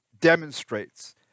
demonstrates